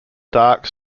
dark